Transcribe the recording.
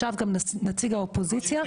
ישב גם נציג האופוזיציה.